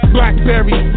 Blackberry